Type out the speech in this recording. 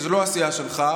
שזו לא הסיעה שלך,